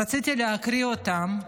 רציתי להקריא אותם.